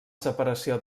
separació